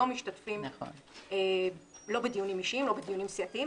הם לא משתתפים בדיונים אישיים ולא בדיונים סיעתיים,